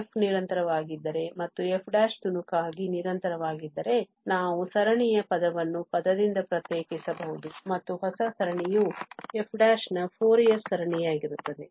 f ನಿರಂತರವಾಗಿದ್ದರೆ ಮತ್ತು f ತುಣುಕಾಗಿ ನಿರಂತರವಾಗಿದ್ದರೆ ನಾವು ಸರಣಿಯ ಪದವನ್ನು ಪದದಿಂದ ಪ್ರತ್ಯೇಕಿಸಬಹುದು ಮತ್ತು ಹೊಸ ಸರಣಿಯು f ನ ಫೋರಿಯರ್ ಸರಣಿಯಾಗಿರುತ್ತದೆ